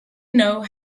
know